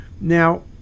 Now